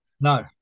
No